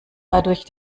dadurch